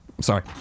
Sorry